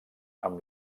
amb